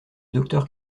docteur